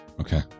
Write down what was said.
Okay